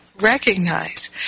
recognize